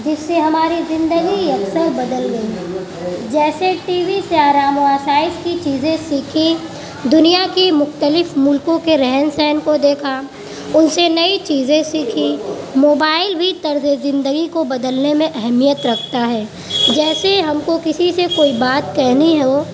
جس سے ہماری زندگی اکثر بدل گئی ہے جیسے ٹی وی سے آرام و آسائش کی چیزیں سیکھیں دنیا کی مختلف ملکوں کے رہن سہن کو دیکھا ان سے نئی چیزیں سیکھیں موبائل بھی طرز و زندگی کو بدلنے میں اہمیت رکھتا ہے جیسے ہم کو کسی سے کوئی بات کہنی ہو